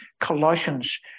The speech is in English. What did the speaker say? Colossians